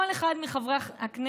כל אחד מחברי הכנסת,